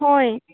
ꯍꯣꯏ